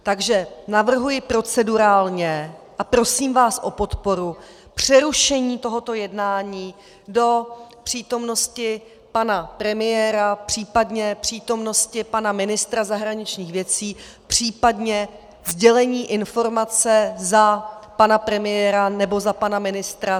Takže navrhuji procedurálně a prosím vás o podporu přerušení tohoto jednání do přítomnosti pana premiéra, případně přítomnosti pana ministra zahraničních věcí, případně sdělení informace za pana premiéra nebo za pana ministra.